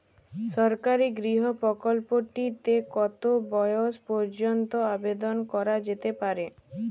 সরকারি গৃহ প্রকল্পটি তে কত বয়স পর্যন্ত আবেদন করা যেতে পারে?